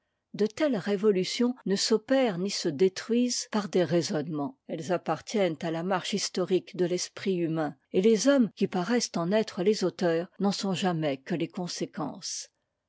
de telles révolutions ne s'opèrent ni ne se détruisent par des raisonnements elles appartiennent à la marche historique de l'esprit humain et les hommes qui paraissent en être les auteurs n'en sont jamais que les conséquences